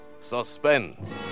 Suspense